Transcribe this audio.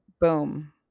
boom